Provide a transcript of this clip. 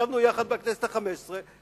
ישבנו יחד בכנסת החמש-עשרה,